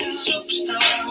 superstar